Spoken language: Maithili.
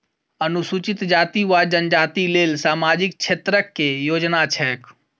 अनुसूचित जाति वा जनजाति लेल सामाजिक क्षेत्रक केँ योजना छैक?